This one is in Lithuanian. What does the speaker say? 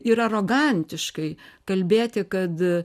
ir arogantiškai kalbėti kad